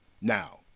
Now